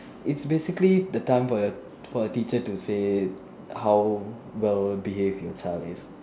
it's basically the time for your for your teacher to say how well behaved your child is